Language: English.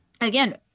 again